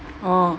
orh